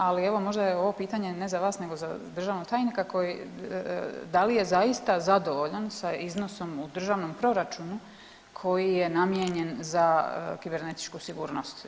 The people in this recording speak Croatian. Ali evo možda je ovo pitanje ne za vas, nego za državnog tajnika koji da li je zaista zadovoljan sa iznosom u državnom proračunu koji je namijenjen za kibernetičku sigurnost.